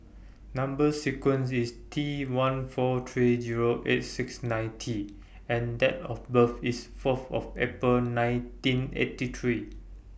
Number sequence IS T one four three Zero eight six nine T and Date of birth IS Fourth of April nineteen eighty three